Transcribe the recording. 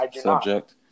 subject